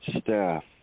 Staff